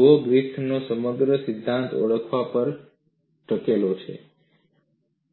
જુઓ ગ્રિફિથનો સમગ્ર સિદ્ધાંત ઓળખવા પર ટકેલો છે